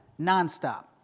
Nonstop